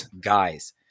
guys